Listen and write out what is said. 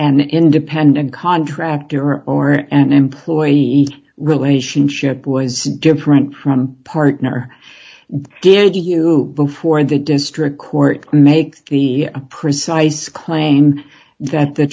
an independent contractor or an employee relationship was different from partner gave you before the district court could make the precise claim that the